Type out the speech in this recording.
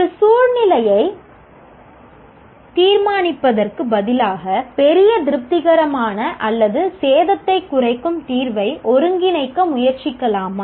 ஒரு சூழ்நிலையயை தீர்மானிப்பதற்கு பதிலாக பெரிய திருப்திகரமான அல்லது சேதத்தை குறைக்கும் தீர்வை ஒருங்கிணைக்க முயற்சிக்கலாமா